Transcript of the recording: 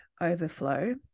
overflow